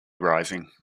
rising